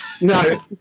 No